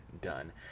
done